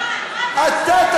רגע, יואל, אז אתה לא מצביע בעד?